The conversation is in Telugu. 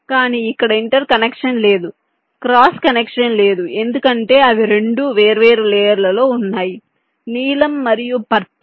కానీ ఇక్కడ ఇంటర్ కనెక్షన్ లేదు క్రాస్ కనెక్షన్ లేదు ఎందుకంటే అవి రెండు వేర్వేరు లేయర్ లలో ఉన్నాయ్ నీలం మరియు పర్పల్